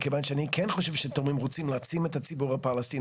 מכיוון שאני כן חושב שתורמים רוצים להעצים את הציבור הפלסטיני